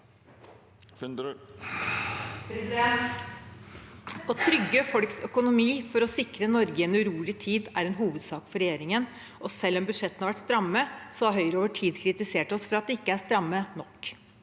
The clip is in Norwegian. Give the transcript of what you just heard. Å trygge folks økonomi for å sikre Norge i en urolig tid er en hovedsak for regjeringen. Selv om budsjettene har vært stramme, har Høyre over tid kritisert oss for at de ikke er stramme nok.